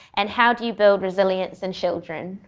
and how do you build resilience in children?